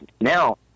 now